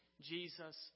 Jesus